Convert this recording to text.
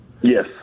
Yes